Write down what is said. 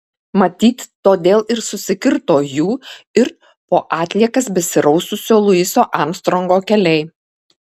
matyt todėl ir susikirto jų ir po atliekas besiraususio luiso armstrongo keliai